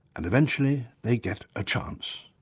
and eventually they get a chance.